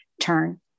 Turn